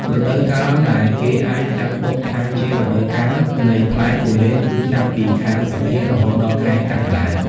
រដូវកាលដែលគេអាចចាត់ទុកថាជារដូវកាលនៃផ្លែគូលែនគឺចាប់ពី ខែឧសភា រហូតដល់ខែកក្កដា។